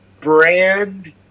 brand